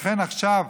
עכשיו,